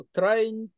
trying